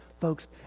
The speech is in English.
Folks